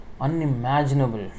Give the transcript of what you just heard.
unimaginable